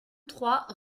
trois